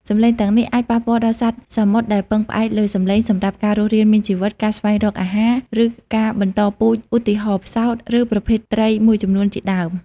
សំឡេងទាំងនេះអាចប៉ះពាល់ដល់សត្វសមុទ្រដែលពឹងផ្អែកលើសំឡេងសម្រាប់ការរស់រានមានជីវិត ការស្វែងរកអាហារ ឬការបន្តពូជ ឧទាហរណ៍ ផ្សោត ឬប្រភេទត្រីមួយចំនួនជាដើម។